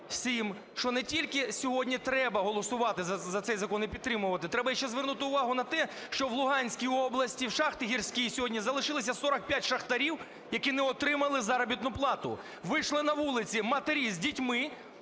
що не тільки сьогодні треба голосувати за цей закон і підтримувати, треба ще звернути увагу на те, що в Луганській області в шахті "Гірській" сьогодні залишилося 45 шахтарів, які не отримали заробітну плату. Вийшли на вулиці матері з дітьми,